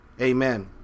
Amen